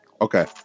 Okay